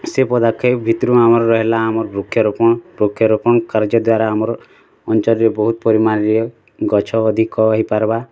ସେ ପଦକ୍ଷେପ ଭିତରୁ ଆମର ହେଲା ଆମର ବୃକ୍ଷରୋପଣ ବୃକ୍ଷରୋପଣ କରିଚେଁ ଦ୍ୱାରା ଆମ ଅଞ୍ଚଳରେ ବହୁତ ପରିମାଣରେ ଗଛ ଅଧିକ ହୋଇ ପାର୍ବା